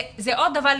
זה עוד דבר.